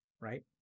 Right